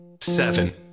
seven